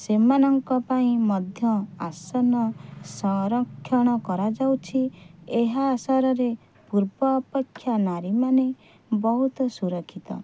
ସେମାନଙ୍କ ପାଇଁ ମଧ୍ୟ ଆସନ ସରଂକ୍ଷଣ କରାଯାଉଛି ଏହା ସରରେ ପୂର୍ବ ଅପେକ୍ଷା ନାରୀମାନେ ବହୁତ ସୁରକ୍ଷିତ